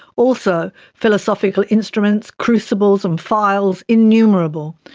also philosophical instruments, crucibles and phials innumerable,